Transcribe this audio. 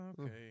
Okay